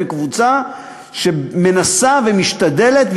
מקבוצה שמנסה ומשתדלת,